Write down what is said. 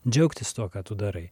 džiaugtis tuo ką tu darai